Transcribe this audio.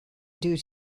due